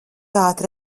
ātri